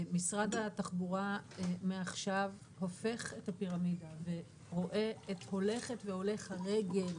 משרד התחבורה מעכשיו הופך את הפירמידה ורואה את הולכת והולך הרגל